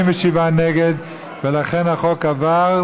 (הארכת תוקף),